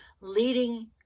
leading